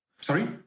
Sorry